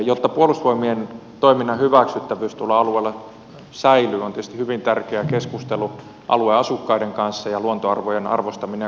jotta puolustusvoimien toiminnan hyväksyttävyys tuolla alueella säilyy on tietysti keskustelu alueen asukkaiden kanssa ja luontoarvojen arvostaminen ja kunnioittaminen hyvin tärkeää